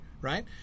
right